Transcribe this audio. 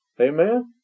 Amen